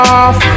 off